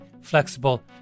flexible